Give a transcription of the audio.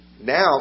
now